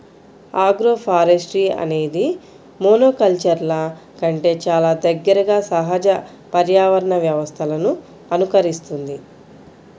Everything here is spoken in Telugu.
ఆగ్రోఫారెస్ట్రీ అనేది మోనోకల్చర్ల కంటే చాలా దగ్గరగా సహజ పర్యావరణ వ్యవస్థలను అనుకరిస్తుంది